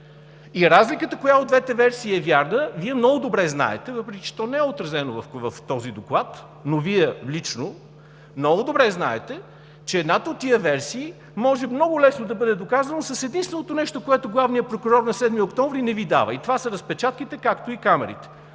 и разликата в това коя от двете версии е вярна Вие много добре знаете, въпреки че то не е отразено в този доклад. Вие лично много добре знаете, че едната от тези версии може много лесно да бъде доказана с единственото нещо, което главният прокурор на 7 октомври не Ви дава, и това са разпечатките, както и камерите.